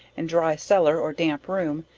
and dry cellar, or damp room,